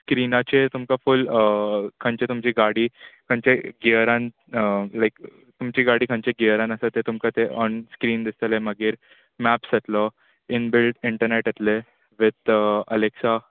स्क्रिनाचेर तुमकां फूल खंयची तुमची गाडी खंयची गियरान लायक तुमची गाडी खंयचा गियरान आसा तें तुमकां तें ऑन स्क्रीन दिसतलें मागीर मॅप्स येतलो ईन बिल्ड इंटर्नेट येतलें वीत अलॅक्सा